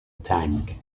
tank